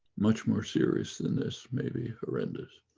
much more serious than this, maybe, horrendous.